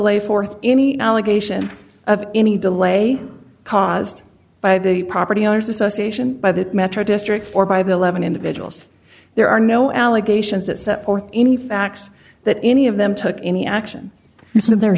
lay forth any allegation of any delay caused by the property owners association by the metro district or by the eleven individuals there are no allegations that set forth any facts that any of them took any action